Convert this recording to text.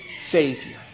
Savior